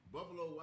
Buffalo